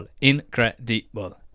incredible